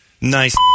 nice